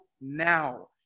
now